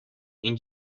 این